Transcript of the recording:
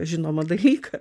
žinomą dalyką